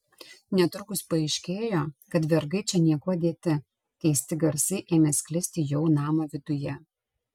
netrukus paaiškėjo kad vergai čia niekuo dėti keisti garsai ėmė sklisti jau namo viduje